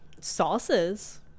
Sauces